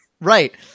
right